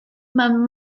mewn